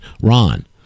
ron